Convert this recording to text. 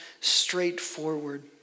straightforward